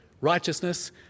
righteousness